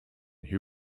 who